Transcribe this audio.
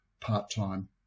part-time